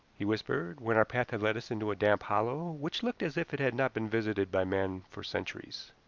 he whispered when our path had led us into a damp hollow which looked as if it had not been visited by man for centuries.